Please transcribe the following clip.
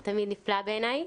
זה תמיד נפלא בעיניי.